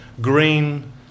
green